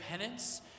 penance